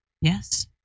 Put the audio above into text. Yes